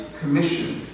commission